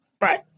Right